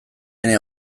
ene